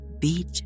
beach